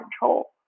control